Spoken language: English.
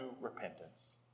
repentance